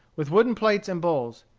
with wooden plates and bowls.